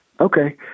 Okay